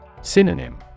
Synonym